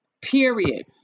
period